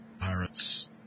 pirates